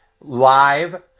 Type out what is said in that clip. live